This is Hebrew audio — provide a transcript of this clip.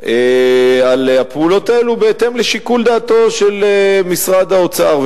על הפעולות האלו בהתאם לשיקול דעתו של משרד האוצר.